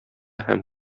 һәм